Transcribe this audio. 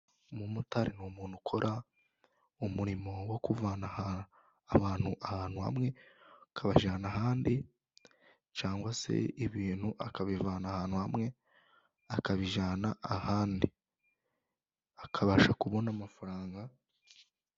Umumotari ni umuntu ukora umurimo wo kuvana abantu ahantu hamwe akabajyana ahandi ,cyangwa se ibintu akabivana ahantu hamwe akabijyana ahandi akabasha kubona amafaranga.